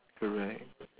correct